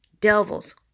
devils